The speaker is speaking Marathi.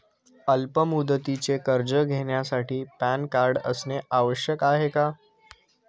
अल्प मुदतीचे कर्ज घेण्यासाठी पॅन कार्ड असणे आवश्यक आहे का?